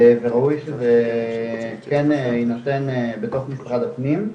וראוי שזה כן יינתן בתוך משרד הפנים.